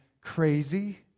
crazy